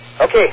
Okay